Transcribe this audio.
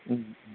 ओम